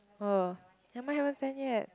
oh ya mine haven't send yet